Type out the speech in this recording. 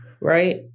right